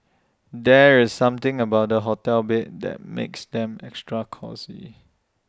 there is something about hotel beds that makes them extra cosy